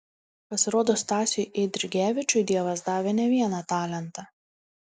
pasirodo stasiui eidrigevičiui dievas davė ne vieną talentą